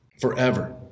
forever